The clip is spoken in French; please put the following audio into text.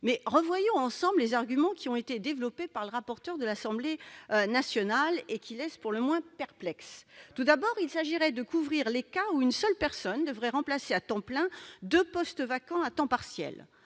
toutefois ensemble les arguments qui ont été développés par le rapporteur du texte à l'Assemblée nationale, et qui nous laissent pour le moins perplexes. Tout d'abord, il s'agirait de couvrir les cas où une seule personne devrait pourvoir à temps plein deux postes vacants à temps partiel.